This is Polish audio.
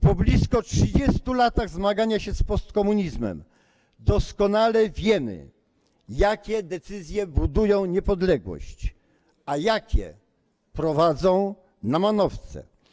Po blisko 30 latach zmagania się z postkomunizmem doskonale wiemy, jakie decyzje budują niepodległość, a jakie prowadzą na manowce.